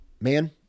man